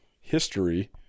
history